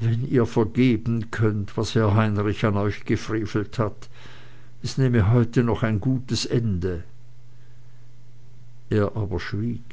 wenn ihr vergeben könntet was herr heinrich an euch gefrevelt hat es nähme heute noch ein gutes ende er aber schwieg